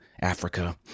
Africa